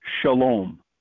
Shalom